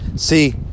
See